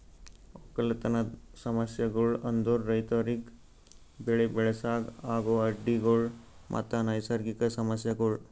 ಒಕ್ಕಲತನದ್ ಸಮಸ್ಯಗೊಳ್ ಅಂದುರ್ ರೈತುರಿಗ್ ಬೆಳಿ ಬೆಳಸಾಗ್ ಆಗೋ ಅಡ್ಡಿ ಗೊಳ್ ಮತ್ತ ನೈಸರ್ಗಿಕ ಸಮಸ್ಯಗೊಳ್